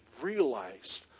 realized